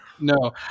No